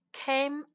came